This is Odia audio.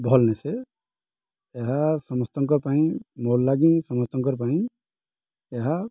ଭଲ ଦିଶେ ଏହା ସମସ୍ତଙ୍କ ପାଇଁ ମୋର୍ ଲାଗି ସମସ୍ତଙ୍କର ପାଇଁ ଏହା